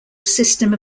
system